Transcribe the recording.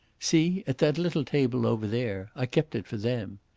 see, at that little table over there! i kept it for them.